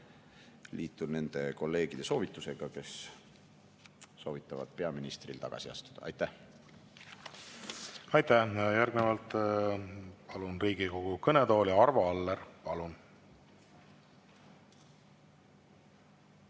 liitun nende kolleegidega, kes soovitavad peaministril tagasi astuda. Aitäh! Aitäh! Järgnevalt palun Riigikogu kõnetooli Arvo Alleri. Palun!